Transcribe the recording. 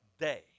day